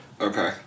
Okay